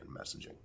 messaging